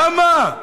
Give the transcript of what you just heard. למה?